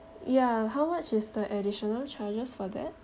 ya how much is the additional charges for that